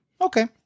Okay